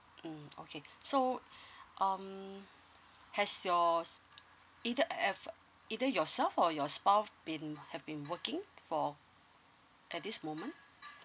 mm okay so um has your either effort either yourself or your spouse have been have been working for at this moment